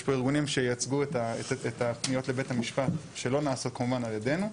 יש פה ארגונים שייצגו את הפניות לבית המשפט שלא נעשות כמובן על ידינו,